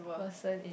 person in